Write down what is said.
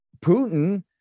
Putin